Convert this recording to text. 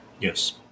Yes